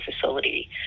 facility